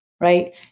right